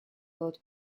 both